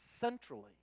centrally